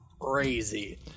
crazy